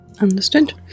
Understood